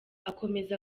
akomeza